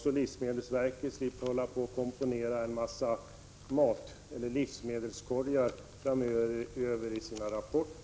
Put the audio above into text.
Livsmedelsverket slipper då kanske att komponera olika livsmedelskorgar framöver i sina rapporter.